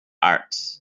art